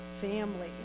family